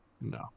no